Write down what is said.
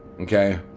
Okay